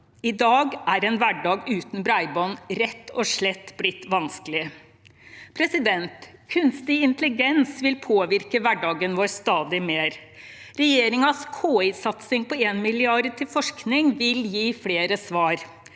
I dag er en hverdag uten bredbånd rett og slett blitt vanskelig. Kunstig intelligens vil påvirke hverdagen vår stadig mer. Regjeringens KI-satsing med 1 mrd. kr til forskning vil gi flere svar.